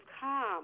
calm